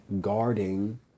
guarding